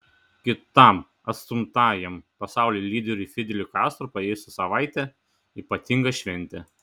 kitam atstumtajam pasaulio lyderiui fideliui kastro praėjusi savaitė ypatinga šventė